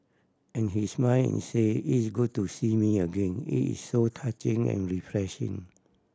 and he smile and say is good to see me again it is so touching and refreshing